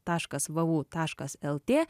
taškas vu taškas lt